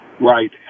Right